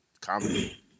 comedy